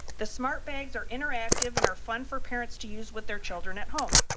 the smart bags are interactive and our fun for parents to use with their children at home.